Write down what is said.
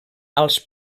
als